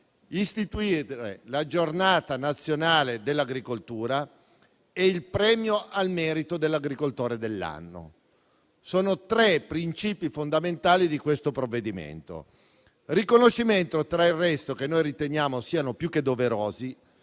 istituire la Giornata nazionale dell'agricoltura e il premio al merito dell'agricoltore dell'anno. Questi riconoscimenti sono i tre principi fondamentali di questo provvedimento; riconoscimenti che del resto noi riteniamo siano più che doverosi,